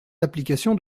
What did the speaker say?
d’application